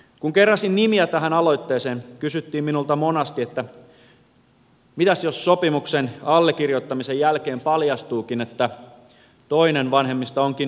kun keräsin nimiä tähän aloitteeseen kysyttiin minulta monasti että mitäs jos sopimuksen allekirjoittamisen jälkeen paljastuukin että toinen vanhemmista onkin esimerkiksi juoppo